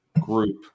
group